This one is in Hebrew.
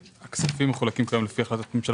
הכספים מחולקים גם לפי החלטת ממשלה